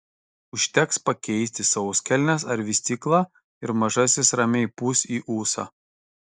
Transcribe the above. užteks pakeisti sauskelnes ar vystyklą ir mažasis ramiai pūs į ūsą